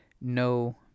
No